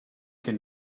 can